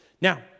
Now